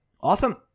awesome